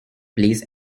please